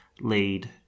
lead